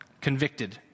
convicted